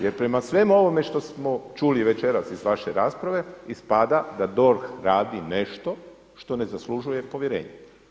Jer prema svemu ovome što smo čuli večeras iz vaše rasprave ispada da DORH radi nešto što ne zaslužuje povjerenje.